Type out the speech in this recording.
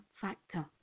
factor